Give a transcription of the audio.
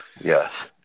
Yes